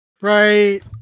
Right